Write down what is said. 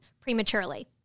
prematurely